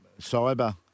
cyber